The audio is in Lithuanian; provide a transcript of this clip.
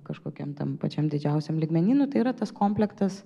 kažkokiam tam pačiam didžiausiam lygmenyje nu tai yra tas komplektas